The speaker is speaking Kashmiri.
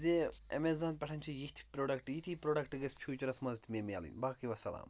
ز اٮ۪میزان پٮ۪ٹھ چھِ یِتھۍ پرٛوڈَکٹ یتِھی پرٛوڈَکٹ گٔژھِتھ فیوٗچرَس منٛز تہِ مےٚ مٮ۪لٕنۍ باقٕے وَسَلام